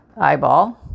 Eyeball